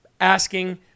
asking